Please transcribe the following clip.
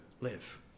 live